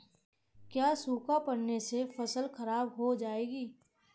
क्या सूखा पड़ने से फसल खराब हो जाएगी?